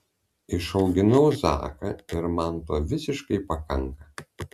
išauginau zaką ir man to visiškai pakanka